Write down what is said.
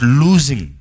losing